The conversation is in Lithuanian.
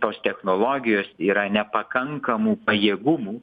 tos technologijos yra nepakankamų pajėgumų